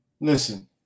Listen